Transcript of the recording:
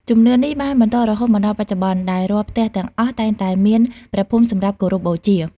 ជំនឿនេះបានបន្តរហូតមកដល់បច្ចុប្បន្ន ដែលរាល់ផ្ទះទាំងអស់តែងតែមានព្រះភូមិសម្រាប់គោរពបូជា។